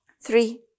Three